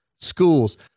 schools